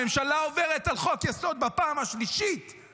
הממשלה עוברת על חוק-יסוד בפעם השלישית,